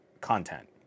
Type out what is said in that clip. content